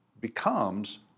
becomes